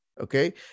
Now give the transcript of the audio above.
Okay